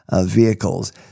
vehicles